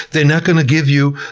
they're not going to give you